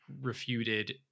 refuted